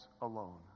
alone